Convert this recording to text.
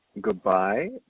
goodbye